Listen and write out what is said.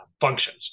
functions